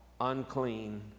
unclean